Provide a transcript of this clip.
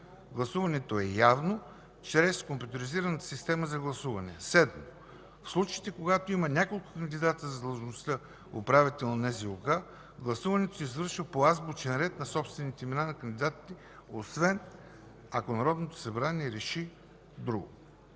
Гласуването е явно чрез компютризираната система за гласуване. 7. В случаите, когато има няколко кандидати за длъжността управител на Националната здравноосигурителна каса гласуването се извършва по азбучен ред на собствените имена на кандидатите, освен ако Народното събрание реши друго.